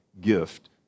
gift